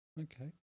okay